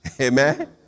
Amen